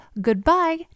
goodbye